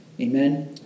Amen